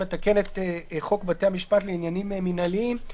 המתקן את חוק בתי משפט לעניינים מינהליים,